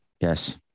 Yes